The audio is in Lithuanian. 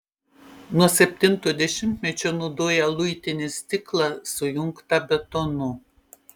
nuo septinto dešimtmečio naudoja luitinį stiklą sujungtą betonu